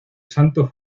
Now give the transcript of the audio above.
santo